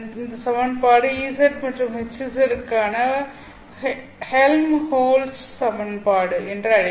இந்த சமன்பாடு Ez மற்றும் Hz க்கான ஹெல்ம் ஹோல்ட்ஸ் Helm holtz's சமன்பாடு என்று அழைக்கப்படும்